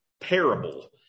parable